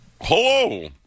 Hello